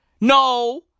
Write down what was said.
No